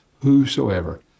Whosoever